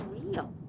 real